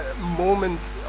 moments